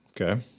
Okay